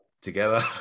together